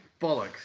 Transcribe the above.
Bollocks